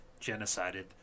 genocided